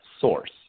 source